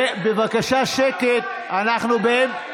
בבקשה, שקט, אנחנו באמצע.